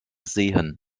sehen